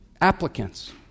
applicants